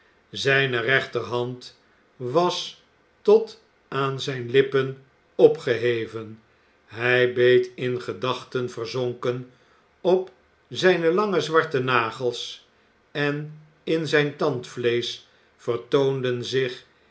zijne rechterhand was tot aan zijne lippen opgeheven hij beet in gedachten verzonken op zijne lange zwarte nagels en in zijn tandvleesch vertoonden zich